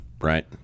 Right